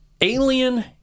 Alien